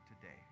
today